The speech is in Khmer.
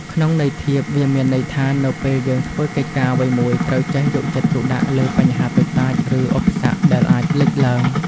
ក្នុងន័យធៀប វាមានន័យថា នៅពេលយើងធ្វើកិច្ចការអ្វីមួយ ត្រូវចេះយកចិត្តទុកដាក់លើបញ្ហាតូចតាច ឬឧបសគ្គដែលអាចលេចឡើង។